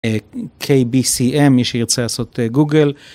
KBCM, מי שרצה לעשות גוגל.